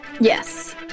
Yes